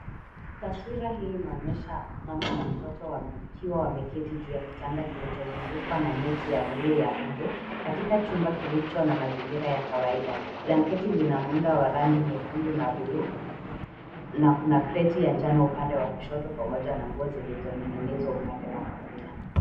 Taswira hii inaonyesha mama na mtoto wakiwa wameketi juu ya kitanda kilichozungukwa na neti ya buluu ya mbu katika chumba kilicho na mazingira ya kawaida. Blanketi lina muundo wa rangi nyekundu na buluu na kuna kreti ya njano upande wa kushoto pamoja na nguo zilizoning'inizwa upande wa kulia.